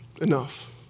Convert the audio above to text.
enough